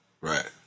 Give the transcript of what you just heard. Right